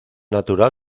natural